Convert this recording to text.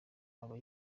aba